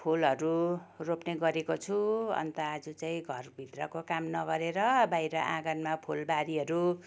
फुलहरू रोप्ने गरेको छु अन्त आज चाहिँ घरभित्रको काम नगरेर बाहिर आँगनमा फुलबारीहरू